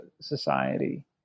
society